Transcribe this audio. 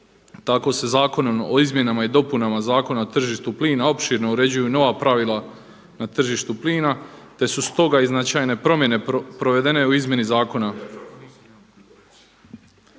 Tako se Zakonom o izmjenama i dopunama Zakona o tržištu plina opširno uređuju nova pravila na tržištu plina te su stoga i značajne promjene provedene u izmjeni zakona.